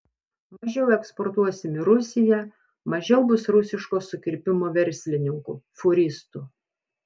mažiau eksportuosim į rusiją mažiau bus rusiško sukirpimo verslininkų fūristų